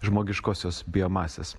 žmogiškosios biomasės